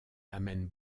amènent